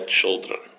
children